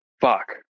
fuck